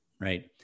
right